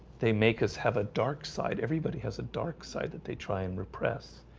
they make us have a dark side everybody has a dark side that they try and repress